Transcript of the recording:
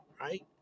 right